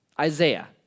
Isaiah